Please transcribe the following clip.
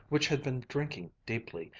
which had been drinking deeply,